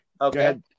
Okay